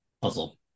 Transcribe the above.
Puzzle